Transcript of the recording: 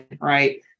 right